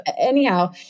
anyhow